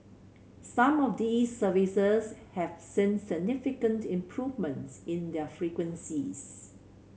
some of these services have seen significant improvements in their frequencies